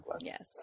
Yes